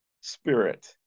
Spirit